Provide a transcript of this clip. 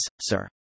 sir